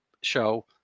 show